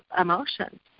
emotions